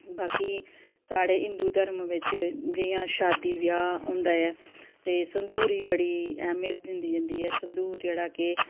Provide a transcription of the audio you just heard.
बाकी साढ़े हिंदू धर्म बिच जियां शादी ब्याह् होंदा ऐ ते संदूरी बड़ी ऐह्मियत दित्ती जंदी ऐ संदूर जेह्ड़ा के